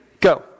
Go